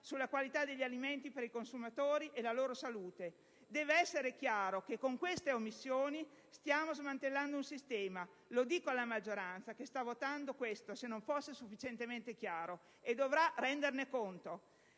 sulla qualità degli alimenti per i consumatori e la loro salute. Deve essere chiaro che con tali omissioni stiamo smantellando un sistema; lo dico alla maggioranza che si appresta ad approvare questo, se non fosse sufficientemente chiaro, e dovrà renderne conto.